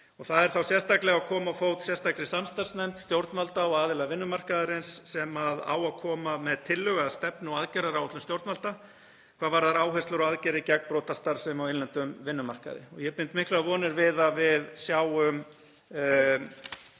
Það er þá sérstaklega að koma á fót sérstakri samstarfsnefnd stjórnvalda og aðila vinnumarkaðarins sem á að koma með tillögu að stefnu og aðgerðaáætlun stjórnvalda hvað varðar áherslur og aðgerðir gegn brotastarfsemi á innlendum vinnumarkaði. Ég bind miklar vonir við að við sjáum